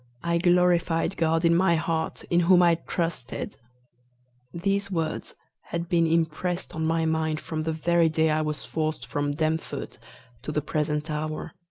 i glorified god in my heart, in whom i trusted these words had been impressed on my mind from the very day i was forced from deptford to the present hour,